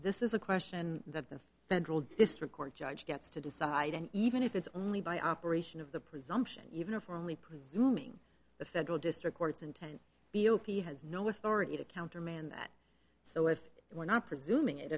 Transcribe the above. this is a question that the federal district court judge gets to decide and even if it's only by operation of the presumption even for me presuming the federal district courts intent b o p has no authority to countermand that so if it were not presuming it